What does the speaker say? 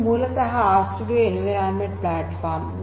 ಇದು ಮೂಲತಃ R studio environment plot form